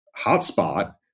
hotspot